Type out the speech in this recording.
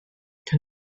can